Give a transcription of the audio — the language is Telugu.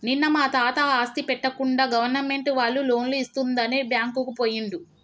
నిన్న మా తాత ఆస్తి పెట్టకుండా గవర్నమెంట్ వాళ్ళు లోన్లు ఇస్తుందని బ్యాంకుకు పోయిండు